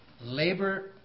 labor